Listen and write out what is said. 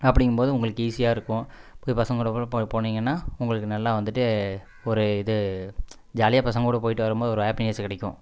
அப்டிங்கும்போது உங்களுக்கு ஈஸியாக இருக்கும் போய் பசங்கள்கூட போய் போனீங்கன்னால் உங்களுக்கு நல்லா வந்துட்டு ஒரு இது ஜாலியாக பசங்கள்கூட போயிட்டு வரும்போது ஒரு ஹேப்பினெஸ்ஸு கிடைக்கும்